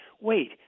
wait